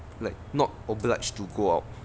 like not obliged to go out